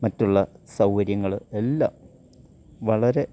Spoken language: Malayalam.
മറ്റുള്ള സൗകര്യങ്ങൾ എല്ലാം വളരെ